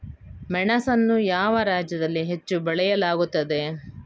ಮೆಣಸನ್ನು ಯಾವ ರಾಜ್ಯದಲ್ಲಿ ಹೆಚ್ಚು ಬೆಳೆಯಲಾಗುತ್ತದೆ?